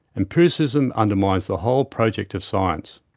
empiricism undermines the whole project of science.